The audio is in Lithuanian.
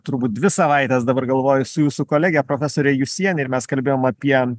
turbūt dvi savaites dabar galvoju su jūsų kolege profesore jusiene ir mes kalbėjom apie